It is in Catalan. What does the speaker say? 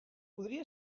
podria